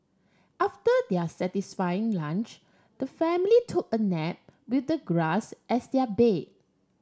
after their satisfying lunch the family took a nap with the grass as their bed